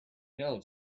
know